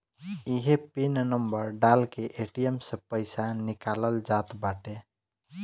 इहे pin number डाल के ए.टी.एम से पईसा निकालल जात बाटे